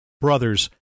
Brothers